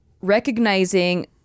recognizing